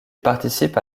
participe